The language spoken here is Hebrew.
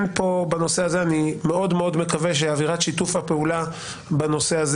בנושא הזה אני מאוד מאוד מקווה שאווירת שיתוף הפעולה תימשך.